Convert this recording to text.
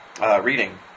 Reading